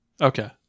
Okay